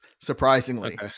surprisingly